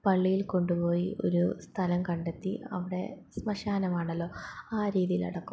പള്ളിയിൽ കൊണ്ടുപോയി ഒരു സ്ഥലം കണ്ടെത്തി അവിടെ ശ്മശാനമാണല്ലോ ആ രീതിയിലടക്കും